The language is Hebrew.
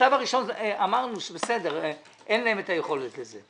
במכתב הראשון אמרנו שאין להם את היכולת לזה.